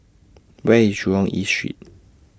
Where IS Jurong East Street